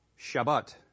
Shabbat